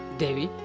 devi,